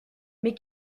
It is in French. mais